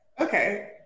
Okay